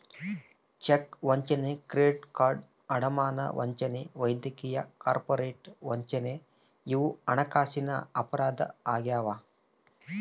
check ವಂಚನೆ credit card ಅಡಮಾನ ವಂಚನೆ ವೈದ್ಯಕೀಯ ಕಾರ್ಪೊರೇಟ್ ವಂಚನೆ ಇವು ಹಣಕಾಸಿನ ಅಪರಾಧ ಆಗ್ಯಾವ